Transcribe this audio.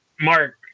Mark